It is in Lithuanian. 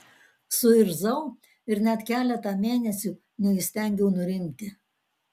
suirzau ir net keletą mėnesių neįstengiau nurimti